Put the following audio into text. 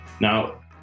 Now